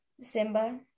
Simba